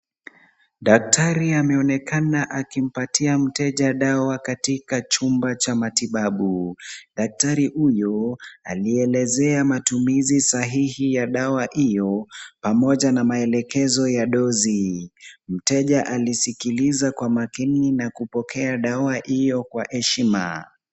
Daktari ameonekana akimpatia mteja dawa katika chumba Cha matibabu. Daktari huyo alielezea matumizi sahii ya dawa hiyo, pamoja na maelekezo ya dozi. Mteja alisikiliza kwa makini na kupokea dawa hiyo kwa heshima.